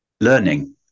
learning